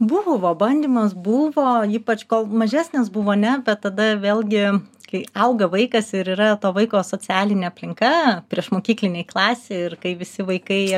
buvo bandymas buvo ypač kol mažesnės buvo ne bet tada vėlgi kai auga vaikas ir yra to vaiko socialinė aplinka priešmokyklinėj klasėj ir kai visi vaikai